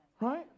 Right